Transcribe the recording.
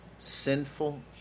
Sinful